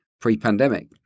pre-pandemic